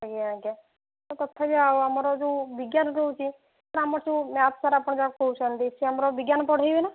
ଆଜ୍ଞା ଆଜ୍ଞା ସାର୍ ତଥାପି ଆଉ ଆମର ଯୋଉ ବିଜ୍ଞାନ କହୁଛି ସାର୍ ଆମର ଯୋଉ ମ୍ୟାଥ୍ ସାର୍ ଆପଣ ଯାହାକୁ କହୁଛନ୍ତି ସେ ଆମର ବିଜ୍ଞାନ ପଢ଼େଇବେ ନା